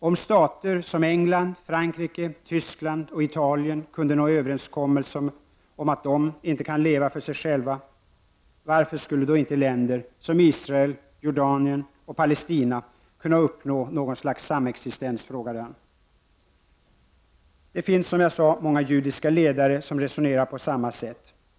Om stater som England, Frankrike, Tyskland och Italien kunde nå en överenskommelse om att de inte kan leva för sig själva, varför skulle då inte länder som Israel, Jordanien och Palestina kunna uppnå ett slags samexistens? frågade han. Det finns, som jag sagt, många judiska ledare som resonerar på samma sätt.